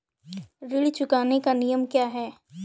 ऋण चुकाने के नियम क्या हैं?